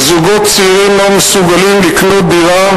זוגות צעירים לא מסוגלים לקנות דירה,